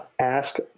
ask